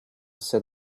said